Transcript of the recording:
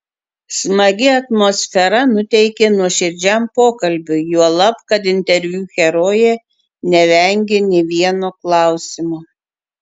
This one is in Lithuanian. smagi atmosfera nuteikė nuoširdžiam pokalbiui juolab kad interviu herojė nevengė nė vieno klausimo